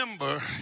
remember